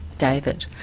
david.